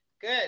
Good